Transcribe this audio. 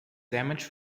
damaged